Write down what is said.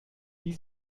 die